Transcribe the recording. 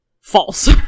false